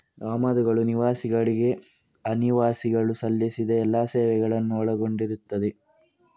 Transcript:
ಆಮದುಗಳು ನಿವಾಸಿಗಳಿಗೆ ಅನಿವಾಸಿಗಳು ಸಲ್ಲಿಸಿದ ಎಲ್ಲಾ ಸೇವೆಗಳನ್ನು ಒಳಗೊಂಡಿರುತ್ತವೆ